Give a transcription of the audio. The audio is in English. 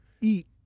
eat